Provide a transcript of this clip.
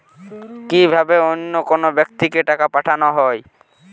কি ভাবে অন্য কোনো ব্যাক্তিকে টাকা পাঠানো হয়?